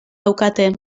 daukate